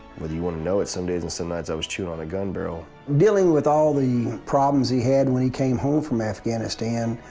whether you want to know it some days and some nights i was chewing on a gun barrel. dealing with all thr problems he had when he came home from afghanistan,